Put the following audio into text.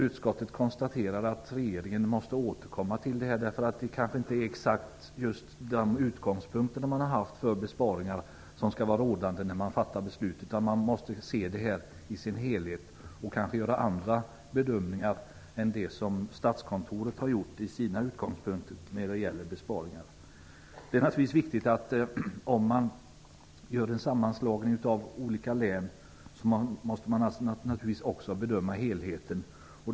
Utskottet konstaterar att regeringen måste återkomma. Det är kanske inte exakt just de utgångspunkter man har haft för besparingar som skall vara rådande när man fattar beslut, utan man måste se frågan i sin helhet och kanske göra andra bedömningar än dem som Statskontoret har gjort i sina utgångspunkter när det gäller besparingar. Om man gör en sammanslagning av olika län måste man naturligtvis också bedöma helheten.